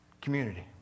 community